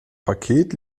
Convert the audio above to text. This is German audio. paket